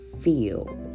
feel